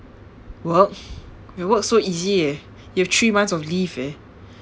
work your work so easy eh you have three months of leave eh